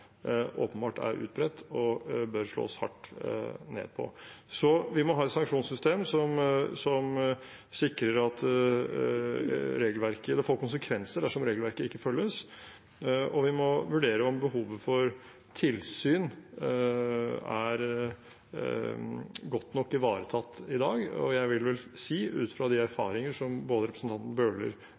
åpenbart er utbredt og bør slås hardt ned på. Vi må ha et sanksjonssystem som sikrer at det får konsekvenser dersom regelverket ikke følges, og vi må vurdere om behovet for tilsyn er godt nok ivaretatt i dag. Og jeg vil vel si, både ut fra de erfaringer som politiet har, som representanten Bøhler